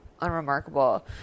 unremarkable